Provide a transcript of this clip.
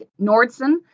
Nordson